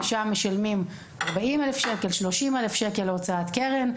ושם משלמים 30,000 40,000 שקל להוצאת קרן,